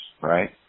right